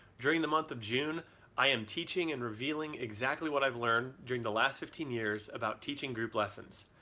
during the month of june i am teaching and revealing exactly what i've learned during the last fifteen years about teaching group lessons.